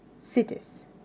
cities